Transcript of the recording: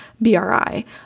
BRI